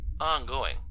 ongoing